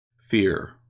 fear